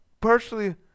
partially